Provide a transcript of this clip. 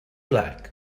like